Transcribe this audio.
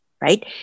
right